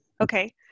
okay